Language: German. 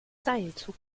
seilzug